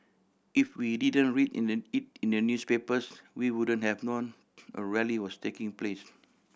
if we didn't read in the it in the newspapers we wouldn't have known a rally was taking place